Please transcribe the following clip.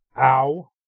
Ow